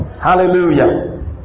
Hallelujah